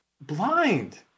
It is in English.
blind